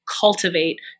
cultivate